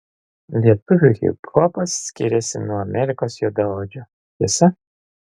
lietuvių hiphopas skiriasi nuo amerikos juodaodžių tiesa